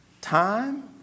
Time